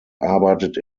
arbeitet